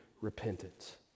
repentance